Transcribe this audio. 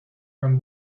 from